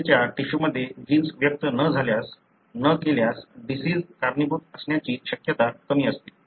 त्वचेच्या टिश्यूमध्ये जीन्स व्यक्त न केल्यास डिसिजस कारणीभूत असण्याची शक्यता कमी असते